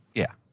yeah,